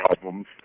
problems